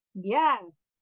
Yes